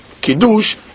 kiddush